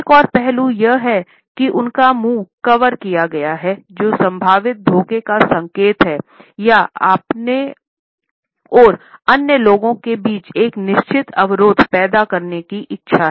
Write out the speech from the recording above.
एक और पहलू यह है कि उनका मुंह कवर किया गया है जो संभावित धोखे का संकेत है या अपने और अन्य लोगों के बीच एक निश्चित अवरोध पैदा करने की इच्छा है